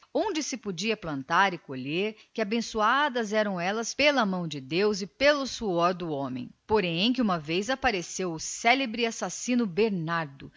onde se podia plantar e colher muito que abençoadas eram elas pelas mãos de deus mas que uma vez aparecera por lá o célebre assassino bernardo